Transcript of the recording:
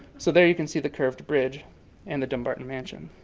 so there you can see the curved bridge and the dumbarton mansion.